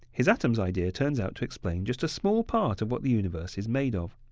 his atoms idea turns out to explain just a small part of what the universe is made of.